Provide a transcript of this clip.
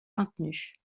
maintenue